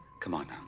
come on